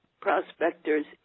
prospectors